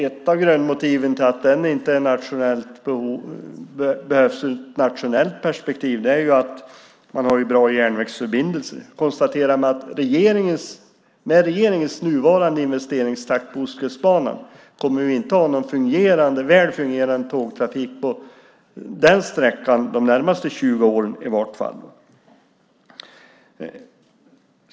Ett av grundmotiven till att den inte behövs ur ett nationellt perspektiv är att man har bra järnvägsförbindelser. Jag konstaterar att med regeringens nuvarande investeringstakt på Ostkustbanan kommer vi inte att ha någon väl fungerande tågtrafik på den sträckan de närmaste 20 åren i varje fall.